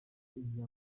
igihe